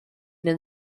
den